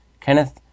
Kenneth